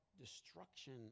destruction